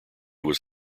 was